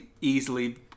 easily